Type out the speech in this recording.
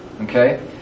okay